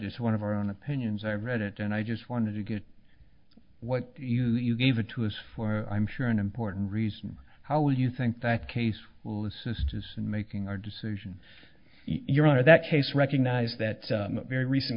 just one of our own opinions i read it and i just wanted to get what you you gave it to us for i'm sure an important reason how well you think that case will assist is in making our decision your honor that case recognize that very recent